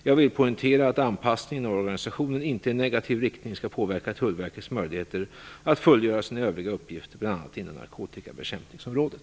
Jag vill poängtera att anpassningen av organisationen inte i negativ riktning skall påverka Tullverkets möjligheter att fullgöra sina övriga uppgifter, bl.a.